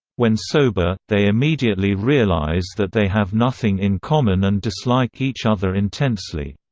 when sober, they immediately realize that they have nothing in common and dislike each other intensely.